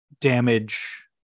damage